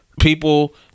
people